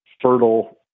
fertile